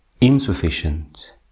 insufficient